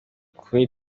kunywa